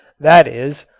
that is,